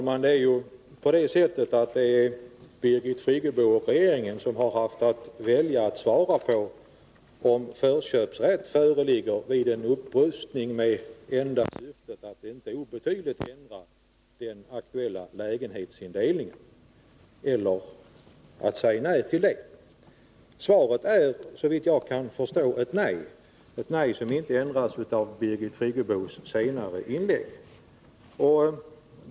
Herr talman! Det är Birgit Friggebo och regeringen som har haft att välja på att svara på frågan om förköpsrätt föreligger vid en upprustning med enda syfte att inte obetydligt ändra den aktuella lägenhetsindelningen, eller att säga nej till det. Svaret är såvitt jag kan förstå ett nej — ett nej som inte ändras av Birgit Friggebos senare inlägg.